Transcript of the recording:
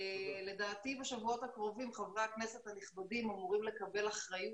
לדעתי בשבועות הקרובים חברי הכנסת הנכבדים אמורים לקבל אחריות